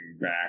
back